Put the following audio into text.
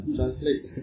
Translate